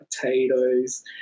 potatoes